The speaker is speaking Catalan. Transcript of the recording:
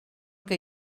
que